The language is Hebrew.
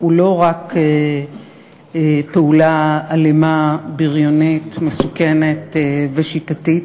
הוא לא רק פעולה אלימה, בריונית, מסוכנת ושיטתית,